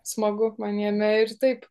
smagu man jame ir taip